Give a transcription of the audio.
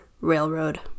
railroad